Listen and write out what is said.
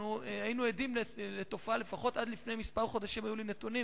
היינו עדים לתופעה: לפחות עד לפני חודשים מספר היו לי נתונים